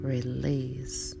Release